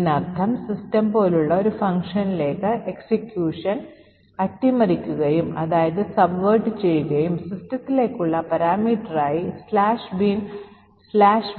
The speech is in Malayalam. ഇതിനർത്ഥം സിസ്റ്റം പോലുള്ള ഒരു ഫംഗ്ഷനിലേക്ക് എക്സിക്യൂഷൻ അട്ടിമറിക്കുകയും സിസ്റ്റത്തിലേക്കുള്ള പാരാമീറ്ററായി "binbash"